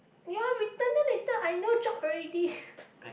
you all return then later I no job already